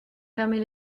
fermer